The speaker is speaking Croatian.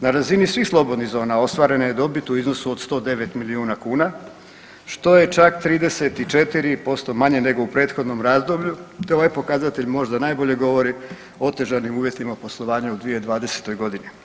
Na razini svih slobodnih zona ostvarena je dobit u iznosu od 109 milijuna kuna što je čak 34% manje nego u prethodnom razdoblju, te ovaj pokazatelj možda najbolje govori o otežanim uvjetima poslovanja u 2020. godini.